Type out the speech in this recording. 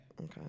Okay